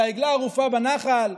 על העגלה הערופה בנחל,